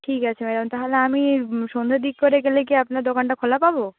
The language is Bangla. ঠিক আছে ম্যাডাম তাহলে আমি সন্ধ্যের দিক করে গেলে কি আপনার দোকানটা খোলা পাব